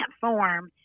form